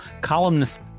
columnist